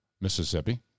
Mississippi